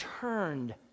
turned